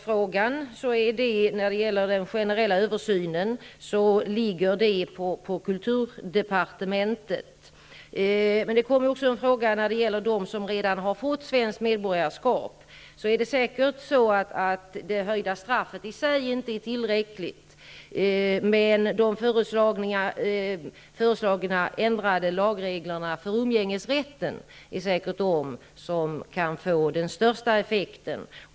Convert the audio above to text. Frågan om en generell översyn av medborgarskapsfrågan ligger på kulturdepartementet. En fråga gällde också dem som redan har fått svenskt medborgarskap. Där är säkert inte det höjda straffet i sig tillräckligt. Förslaget till ändring av lagreglerna för umgängesrätten är säkert det som kan få den största effekten.